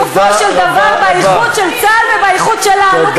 ולפגוע בסופו של דבר בייחוד של צה"ל ובייחוד שלנו כמדינה.